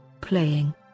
playing